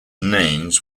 names